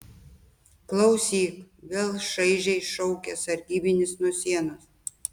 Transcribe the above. klausyk vėl šaižiai šaukia sargybinis nuo sienos